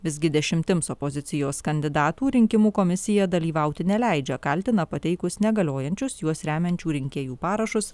visgi dešimtims opozicijos kandidatų rinkimų komisija dalyvauti neleidžia kaltina pateikus negaliojančius juos remiančių rinkėjų parašus